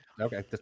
Okay